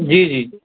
جی جی